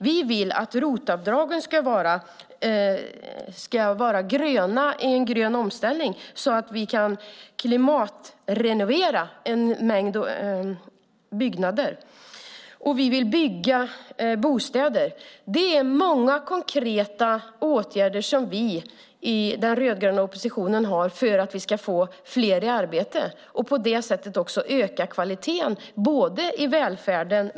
Vi vill att ROT-avdragen ska vara gröna i en grön omställning, så att vi kan klimatrenovera en mängd byggnader. Och vi vill bygga bostäder. Det är många konkreta åtgärder som vi i den rödgröna oppositionen har för att vi ska få fler i arbete och på det sättet också öka kvaliteten i välfärden.